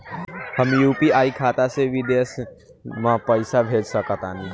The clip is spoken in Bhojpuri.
हम यू.पी.आई खाता से विदेश म पइसा भेज सक तानि?